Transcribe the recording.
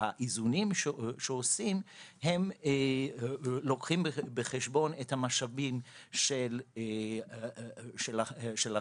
האיזונים שעושים לוקחים בחשבון את המשאבים של החייבים.